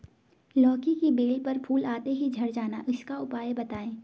लौकी की बेल पर फूल आते ही झड़ जाना इसका उपाय बताएं?